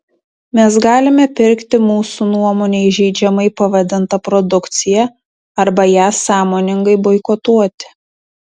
mes galime pirkti mūsų nuomone įžeidžiamai pavadintą produkciją arba ją sąmoningai boikotuoti